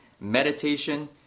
meditation